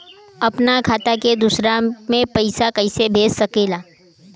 अपना खाता से दूसरा में पैसा कईसे भेजल जाला?